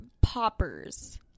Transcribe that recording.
poppers